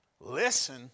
listen